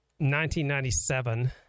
1997